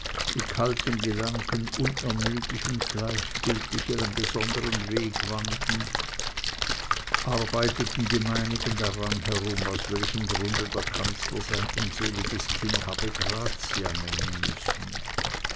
die kalten gedanken unermüdlich und gleichgültig ihren besonderen weg wandern arbeiteten die meinigen daran herum aus welchem grunde der kanzler sein unseliges kind habe grazia nennen müssen